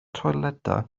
toiledau